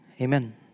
Amen